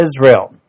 Israel